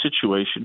situation